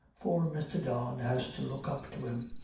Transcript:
for mr. don has to look up to him.